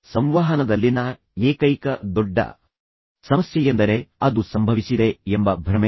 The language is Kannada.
ಸಂವಹನದಲ್ಲಿನ ಏಕೈಕ ದೊಡ್ಡ ಸಮಸ್ಯೆಯೆಂದರೆ ಅದು ಸಂಭವಿಸಿದೆ ಎಂಬ ಭ್ರಮೆ